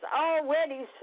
already